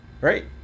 Right